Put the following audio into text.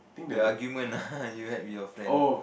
the argument ah you had with your friend ah